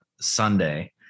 Sunday